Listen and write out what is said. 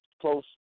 close